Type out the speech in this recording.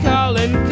Colin